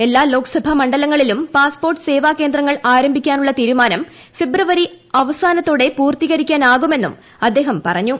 എല്ലാ ലോക്സഭാ മണ്ഡലങ്ങളിലും പാസ്പോർട്ട് സേവാ കേന്ദ്രങ്ങൾ ആരംഭിക്കാനുള്ള തീരുമാനം ഫെബ്രുവരി അവസാനത്തോടെ പൂർത്തികരിക്കാനാകുമെന്നും അദ്ദേഹം പറഞ്ഞു